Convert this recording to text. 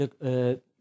look